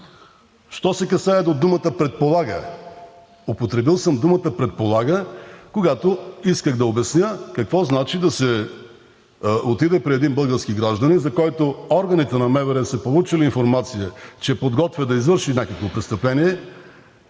Що се касае до думата „предполага“. Употребил съм думата „предполага“, когато исках да обясня какво значи да се отиде при един български гражданин, за който органите на МВР са получили информация, че подготвя да извърши някакво престъпление,